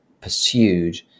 pursued